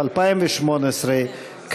ל-2018,